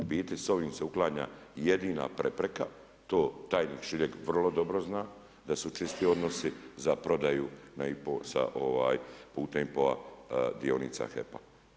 U biti s ovim se uklanja jedina prepreka, to tajnik Šiljeg vrlo dobro zna, da su čisti odnosi za prodaju putem … dionica HEP-a.